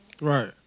Right